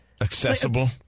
Accessible